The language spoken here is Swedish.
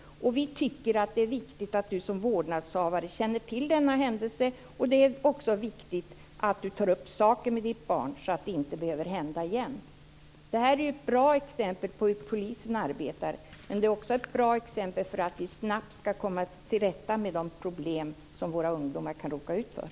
Vidare står det: Vi tycker att det är viktigt att du som vårdnadshavare känner till denna händelse. Det är också viktigt att du tar upp saken med ditt barn, så att det inte behöver hända igen. Det här är ett bra exempel på hur polisen arbetar. Det är också ett bra exempel på hur vi snabbt kan komma till rätta med de problem som våra ungdomar kan råka ut för.